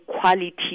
quality